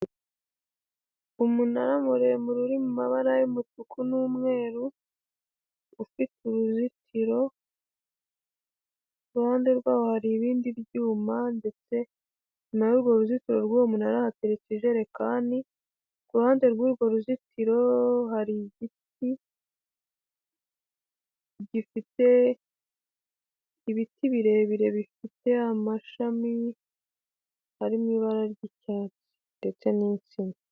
Umunara muremure uri mabara y'umutuku n'umweru ufite uruzitiro, iruhande rwaho hari ibindi byuma ndetse n'urwo ruzitiro rwuwo munara hateretse ijerekani, kuruhande rw'urwo ruzitiro hari igiti gifite ibiti birebire bifite amashami arimo ibara ry'icyatsi ndetse n'insinga.